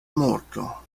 morto